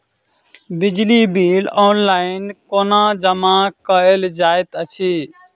बिजली bill online कोना जमा कएल जाइत अछि?